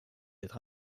être